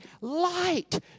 light